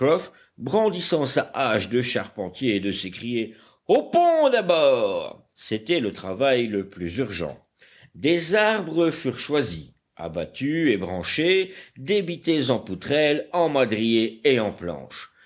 brandissant sa hache de charpentier de s'écrier au pont d'abord c'était le travail le plus urgent des arbres furent choisis abattus ébranchés débités en poutrelles en madriers et en planches